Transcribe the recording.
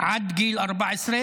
עד גיל 14,